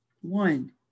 One